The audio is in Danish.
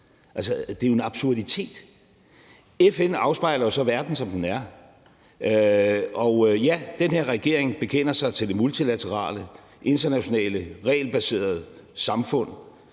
det er jo en absurditet. FN afspejler jo verden, som den er, og ja, den her regering bekender sig til det multilaterale, internationale, regelbaserede samfund,